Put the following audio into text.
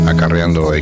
Acarreando